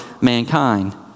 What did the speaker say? mankind